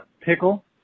pickle